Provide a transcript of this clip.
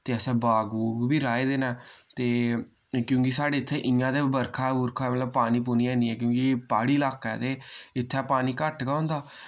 ते असैं बाग बूग बी राहे दे न ते क्यूंकि साढ़े इत्थै इय्यां ते बर्खा बुर्खा मतलब पानी पू्नी हैनी ऐ क्यूंकि प्हाड़ी ल्हाका ऐ ते इत्थै पानी घट्ट गै होंदा